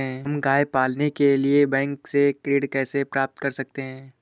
हम गाय पालने के लिए बैंक से ऋण कैसे प्राप्त कर सकते हैं?